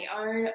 own